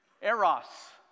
eros